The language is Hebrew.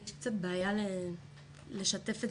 כל אחד במגרש שלו החליט לקדם את הנושא,